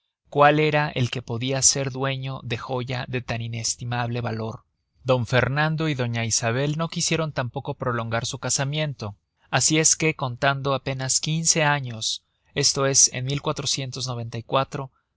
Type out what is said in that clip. cuál era el que podia ser dueño de joya de tan inestimable valor d fernando y doña isabel no quisieron tampoco prolongar su casamiento asi es que contando apenas quince años esto es en ajustaron las